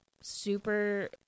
super